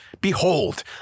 behold